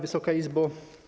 Wysoka Izbo!